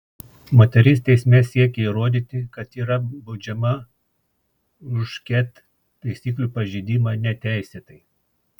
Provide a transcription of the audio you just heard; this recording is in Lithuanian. moteris teisme siekia įrodyti kad yra baudžiama už ket taisyklių pažeidimą neteisėtai